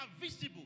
visible